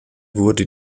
wurde